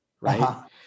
right